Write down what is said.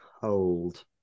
hold